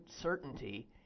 certainty